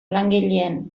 langileen